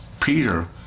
Peter